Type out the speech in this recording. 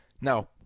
Now